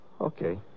Okay